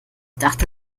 dachte